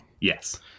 Yes